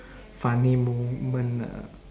funny moment uh